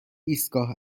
ایستگاه